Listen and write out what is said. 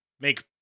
make